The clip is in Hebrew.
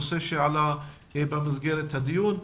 נושא שעלה במסגרת הדיון.